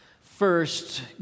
First